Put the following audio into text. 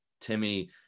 Timmy